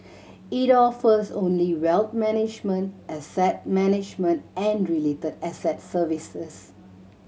it offers only wealth management asset management and related asset services